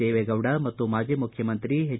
ದೇವೇಗೌಡ ಮತ್ತು ಮಾಜಿ ಮುಖ್ಯಮಂತ್ರಿ ಎಚ್